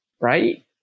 Right